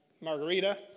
margarita